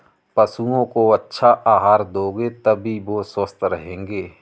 पशुओं को अच्छा आहार दोगे तभी वो स्वस्थ रहेंगे